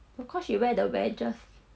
no cause she wear the wedges